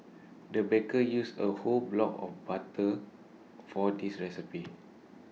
the baker used A whole block of butter for this recipe